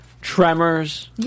tremors